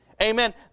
Amen